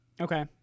Okay